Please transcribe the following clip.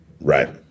Right